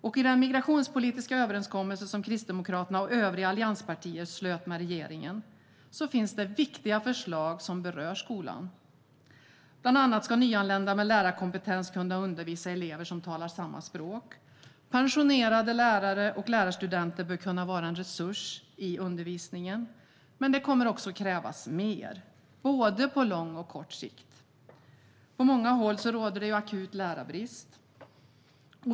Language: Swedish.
I den migrationspolitiska överenskommelse som Kristdemokraterna och övriga allianspartier slöt med regeringen finns viktiga förslag som berör skolan. Bland annat ska nyanlända med lärarkompetens kunna undervisa elever som talar samma språk. Pensionerade lärare och lärarstudenter bör kunna vara en resurs i undervisningen. Men det kommer att krävas mer, både på lång och kort sikt. På många håll råder akut lärarbrist.